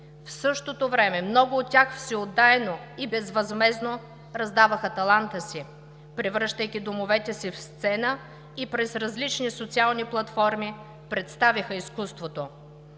В същото време много от тях всеотдайно и безвъзмездно раздаваха таланта си, превръщайки домовете си в сцена и през различни социални платформи представяха изкуството.